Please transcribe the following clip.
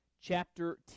chapter